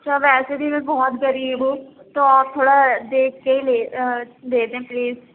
سر ویسے بھی میں بہت غریب ہوں تو آپ تھوڑا دیکھ کے ہی لے دے دیں پلیز